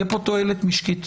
תהיה פה תועלת משקית.